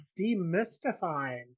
demystifying